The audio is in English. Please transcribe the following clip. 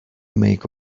make